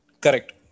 Correct